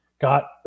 got